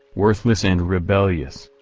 worthless and rebellious.